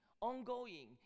ongoing